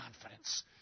confidence